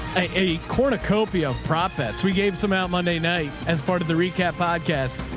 a cornucopia of profits. we gave some out monday night as part of the recap podcast.